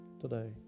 today